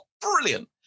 Brilliant